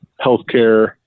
healthcare